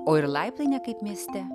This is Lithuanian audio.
o ir laiptai ne kaip mieste